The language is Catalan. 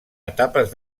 etapes